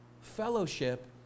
fellowship